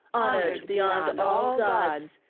honoured beyond all gods,